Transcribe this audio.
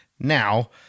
now